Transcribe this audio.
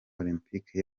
olempike